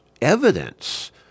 evidence